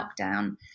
lockdown